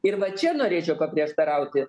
ir va čia norėčiau paprieštarauti